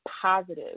positive